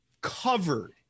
covered